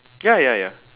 ya ya ya